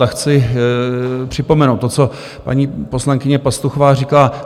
A chci připomenout to, co paní poslankyně Pastuchová říkala.